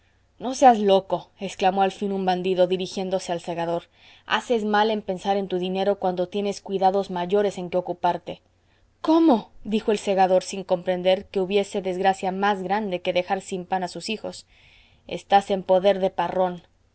los gitanos también tenemos familia no seas loco haces mal en pensar en tu dinero cuando tienes cuidados mayores en que ocuparte cómo dijo el segador sin comprender que hubiese desgracia más grande que dejar sin pan a sus hijos estás en poder de parrón